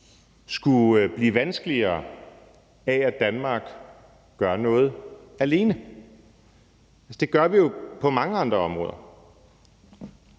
skulle blive vanskeligere af, at Danmark gør noget alene. Det gør vi jo på mange andre områder,